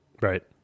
Right